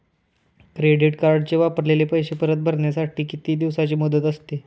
Credit कार्डचे वापरलेले पैसे परत भरण्यासाठी किती दिवसांची मुदत असते?